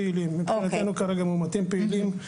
מבחינתנו כרגע מאומתים פעילים.